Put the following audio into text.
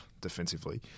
defensively